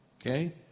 okay